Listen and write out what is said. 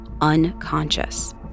unconscious